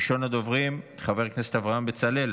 ראשון הדוברים, חבר הכנסת אברהם בצלאל.